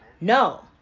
No